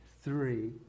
three